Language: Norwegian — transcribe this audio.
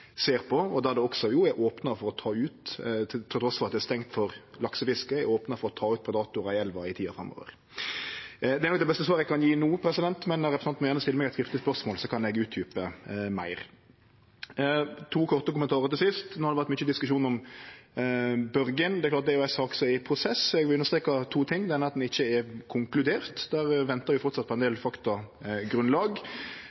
er opna for å ta ut predatorar i elva i tida framover. Det er nok det beste svaret eg kan gje no, men representanten må gjerne stille meg eit skriftleg spørsmål, så kan eg utdjupe meir. To korte kommentarar til sist. No har det vore mykje diskusjon om Børgin. Det er ei sak som er i prosess. Eg vil understreke to ting: Det eine er at ein ikkje har konkludert. Der ventar vi framleis på ein